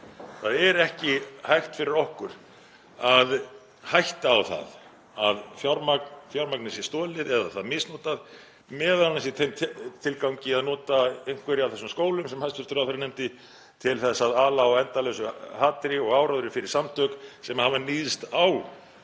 Það er ekki hægt fyrir okkur að hætta á það að fjármagni sé stolið eða það misnotað, m.a. í þeim tilgangi að nota einhverja af þessum skólum sem hæstv. ráðherra nefndi til að ala á endalausu hatri og áróðri fyrir samtök sem hafa níðst á